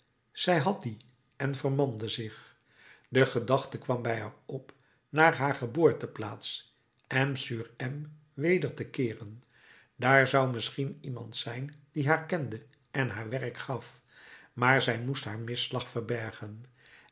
zij had dien en vermande zich de gedachte kwam bij haar op naar haar geboorteplaats m sur m weder te keeren daar zou misschien iemand zijn die haar kende en haar werk gaf maar zij moest haar misslag verbergen